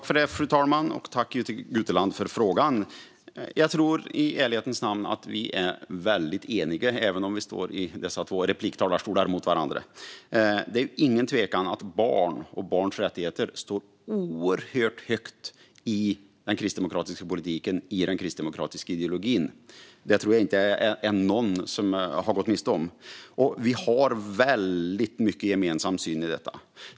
Fru talman! Jag tackar Jytte Guteland för frågan. Jag tror i ärlighetens namn att vi är väldigt eniga, även om vi står i dessa två repliktalarstolar mot varandra. Det är ingen tvekan om att barn och deras rättigheter står oerhört högt i den kristdemokratiska politiken och i den kristdemokratiska ideologin. Det tror jag inte att någon kan ta miste på. Vi har väldigt mycket av gemensam syn på detta.